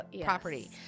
property